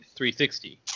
360